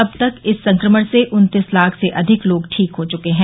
अब तक इस संक्रमण से उन्तीस लाख से अधिक लोग ठीक हो चुके हैं